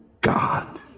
God